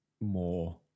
more